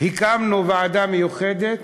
הקמנו ועדה מיוחדת,